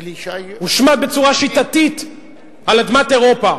בצורה שיטתית על אדמת אירופה